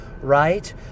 right